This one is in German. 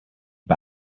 bei